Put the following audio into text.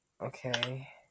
okay